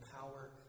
power